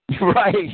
Right